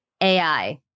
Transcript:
AI